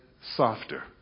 softer